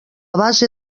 base